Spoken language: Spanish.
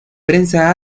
prensa